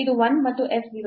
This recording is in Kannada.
ಇದು 1 ಮತ್ತು f 0 0